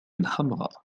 حمراء